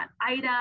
Ida